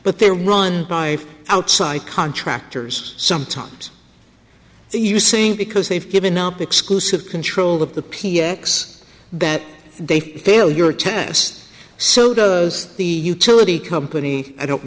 but they're run by outside contractors sometimes you sink because they've given up exclusive control of the p x that they fail your test so does the utility company i don't